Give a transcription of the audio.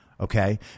okay